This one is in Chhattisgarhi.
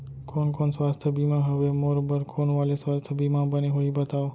कोन कोन स्वास्थ्य बीमा हवे, मोर बर कोन वाले स्वास्थ बीमा बने होही बताव?